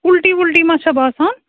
اُلٹی وُلٹی ما چھَو باسان